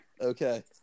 Okay